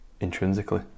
intrinsically